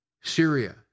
Syria